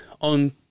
on